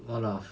one of